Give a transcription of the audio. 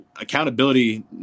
accountability